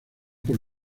por